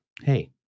hey